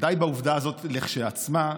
ודי בעובדה הזאת כשלעצמה לחשוב,